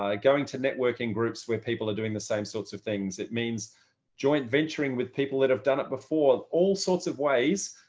um going to networking groups where people are doing the same sorts of things, it means joint venturing with people that have done it before all sorts of ways.